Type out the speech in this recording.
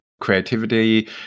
Creativity